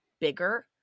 bigger